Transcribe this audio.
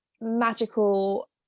magical